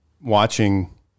watching